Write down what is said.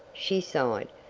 she sighed.